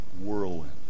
whirlwind